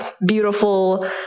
beautiful